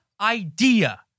idea